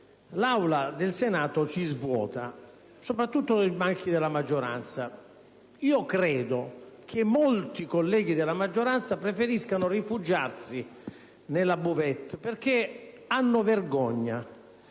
l'Aula del Senato si svuota, soprattutto nei banchi della maggioranza. Credo che molti colleghi della maggioranza preferiscano rifugiarsi nella *buvette*, perché hanno vergogna.